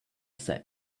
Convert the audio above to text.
set